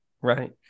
Right